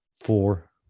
Four